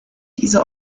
diese